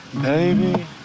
baby